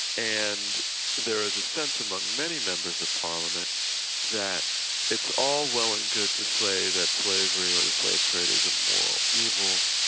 and there is a sense among many members of parliament that it's all well and good to say that slavery and the slave trade is a moral evil,